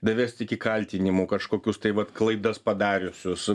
davesti iki kaltinimų kažkokius tai vat klaidas padariusius